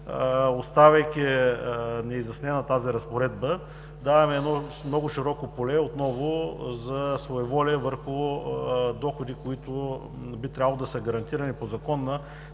оставяйки неизяснена тази разпоредба, даваме много широко поле отново за своеволия върху доходи, които би трябвало да са гарантирани по Закон на